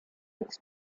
its